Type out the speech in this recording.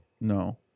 No